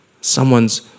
someone's